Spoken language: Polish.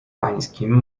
pańskim